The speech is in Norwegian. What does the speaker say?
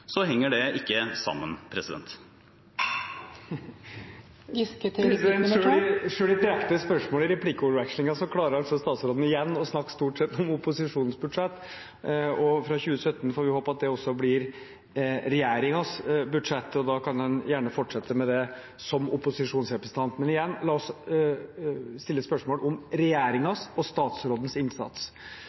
så henger det ikke sammen. Selv i et direkte spørsmål i replikkordvekslingen klarer altså statsråden igjen å snakke stort sett om opposisjonens budsjett. Fra 2017 får vi håpe at det også blir regjeringens budsjett, og da kan han gjerne fortsette med det – som opposisjonsrepresentant. Men igjen, la oss stille spørsmål om regjeringens og statsrådens innsats.